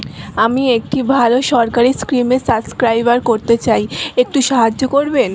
আমি একটি ভালো সরকারি স্কিমে সাব্সক্রাইব করতে চাই, একটু সাহায্য করবেন?